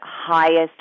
highest